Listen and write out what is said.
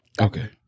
Okay